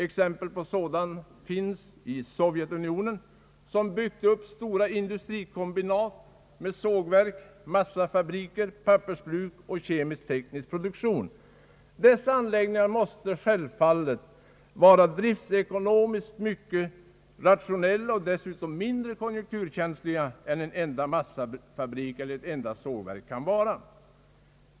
Exempel på sådan utveckling finns i bl.a. Sovjet, som byggt upp stora industrikombinat med sågverk, massafabrik, pappersbruk och kemisk-teknisk produktion. Dessa anläggningar måste självfallet vara driftsekonomiskt mycket rationella och dessutom mindre konjunkturkänsliga än en enda massafabrik eller ett enda sågverk kan vara.